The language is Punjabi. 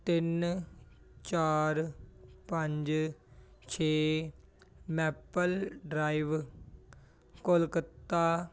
ਤਿੰਨ ਚਾਰ ਪੰਜ ਛੇ ਮੈਪਲ ਡਰਾਈਵ ਕੋਲਕੱਤਾ